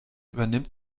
übernimmt